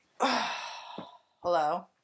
Hello